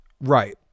right